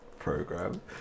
program